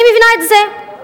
אני מבינה את זה,